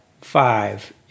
five